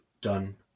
done